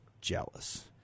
jealous